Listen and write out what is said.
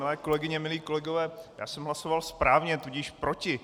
Milé kolegyně, milí kolegové, já jsem hlasoval správně, tudíž proti.